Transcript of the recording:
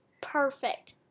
Perfect